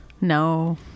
No